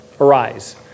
arise